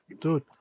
dude